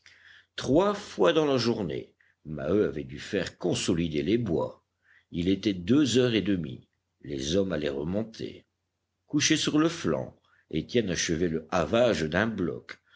trois fois dans la journée maheu avait dû faire consolider les bois il était deux heures et demie les hommes allaient remonter couché sur le flanc étienne achevait le havage d'un bloc